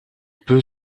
peut